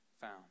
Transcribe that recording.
found